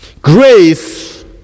Grace